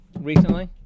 recently